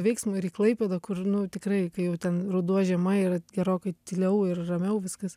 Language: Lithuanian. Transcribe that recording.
veiksmo ir į klaipėdą kur nu tikrai kai jau ten ruduo žiema yra gerokai tyliau ir ramiau viskas